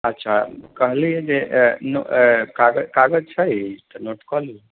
अच्छा कहलि हंँ जे कागज कागज छै तऽ नोट कए लिअऽ